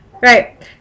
Right